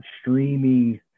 streaming